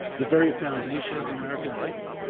the very fundation of american life